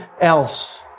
else